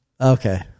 Okay